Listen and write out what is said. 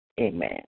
Amen